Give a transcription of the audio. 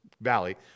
valley